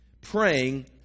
praying